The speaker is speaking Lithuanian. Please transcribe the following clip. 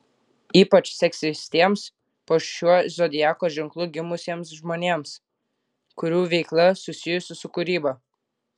ypač seksis tiems po šiuo zodiako ženklu gimusiems žmonėms kurių veikla susijusi su kūryba